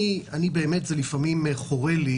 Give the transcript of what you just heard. זה לפעמים חורה לי